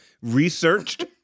researched